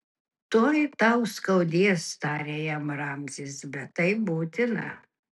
tuoj tau skaudės tarė jam ramzis bet tai būtina